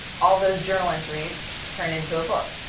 all of those journal entries turned into a book.